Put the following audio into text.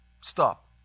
stop